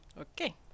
okay